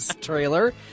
trailer